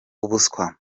ubuswa